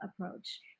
approach